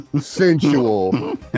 sensual